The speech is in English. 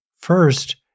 First